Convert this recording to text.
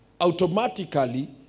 automatically